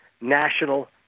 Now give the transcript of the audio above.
national